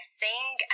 sing